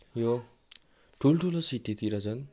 यो ठुल्ठुलो सिटीतिर झन